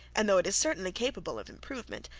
and though it is certainly capable of improvement,